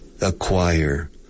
acquire